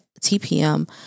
TPM